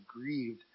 grieved